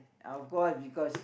I of course because